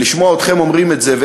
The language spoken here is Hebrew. ולשמוע אתכם אומרים את זה,